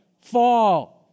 Fall